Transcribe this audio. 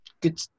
good